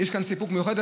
יש כאן סיפוק מיוחד.